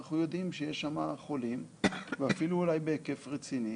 אנחנו יודעים שיש שם חולים ואפילו אולי בהיקף רציני.